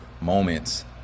moments